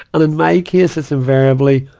and in my case, it's invariably,